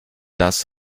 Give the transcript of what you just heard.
das